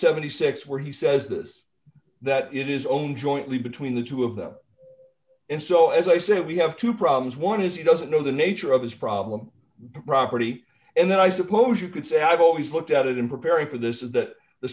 seventy six where he says this that it is owned jointly between the two of them and so as i say we have two problems one is he doesn't know the nature of his problem property and then i suppose you could say i've always looked at it in preparing for this is that the